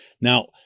Now